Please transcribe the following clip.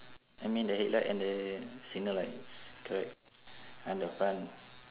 I mean the headlight and the signal lights correct on the front